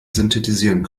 synthetisieren